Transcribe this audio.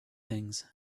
things